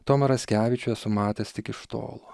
tomą raskevičių esu matęs tik iš tolo